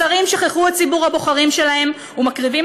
השרים שכחו את ציבור הבוחרים שלהם ומקריבים